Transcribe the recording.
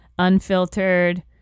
unfiltered